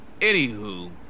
Anywho